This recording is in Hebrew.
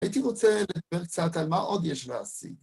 ‫הייתי רוצה לדבר קצת ‫על מה עוד יש להשיג.